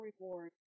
reward